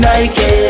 Nike